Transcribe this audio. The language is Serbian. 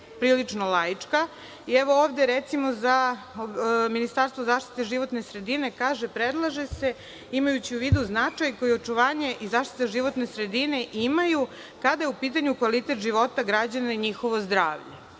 prilično laička. Evo ovde, recimo, za ministarstvo zaštite životne sredine, kaže, predlaže se, imajući u vidu značaj koji očuvanje i zaštita životne sredine imaju kada je u pitanju kvalitet života građana i njihovo zdravlje.